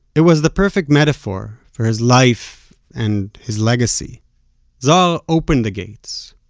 it was the perfect metaphor for his life and his legacy zohar opened the gates,